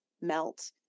melt